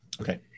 Okay